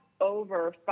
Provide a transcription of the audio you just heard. over